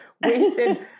Wasted